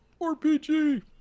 RPG